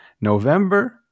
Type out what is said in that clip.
November